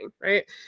right